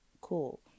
Cool